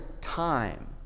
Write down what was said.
time